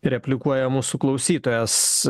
replikuoja mūsų klausytojas